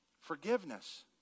forgiveness